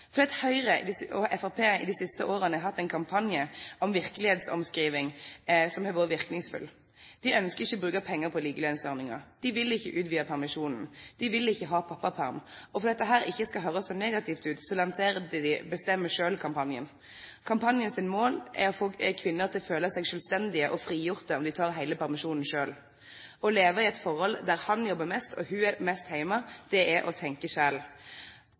fordi Høyre og Fremskrittspartiet de siste årene har hatt en kampanje om virkelighetsomskrivning som har vært virkningsfull. De ønsker ikke å bruke penger på likelønnsordninger. De vil ikke utvide permisjonen. De vil ikke ha pappaperm. Og for at dette ikke skal høres så negativt ut, lanserer de «bestemme selv»-kampanjen. Kampanjens mål er å få kvinner til å føle seg selvstendige og frigjorte om de tar hele permisjonen selv. Å leve i et forhold der han jobber mest og hun er mest hjemme, er å tenke selv.